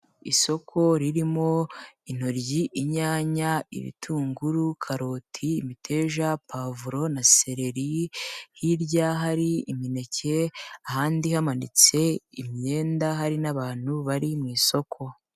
Isoko ririmo intoryi, inyanya, ibitunguru, karoti, imiteja, pavuro na seleri hirya hari imineke ahandi hamanitse imyenda hari n'abantu bari mu isoko.